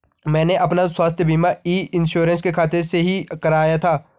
मैंने अपना स्वास्थ्य बीमा ई इन्श्योरेन्स के खाते से ही कराया था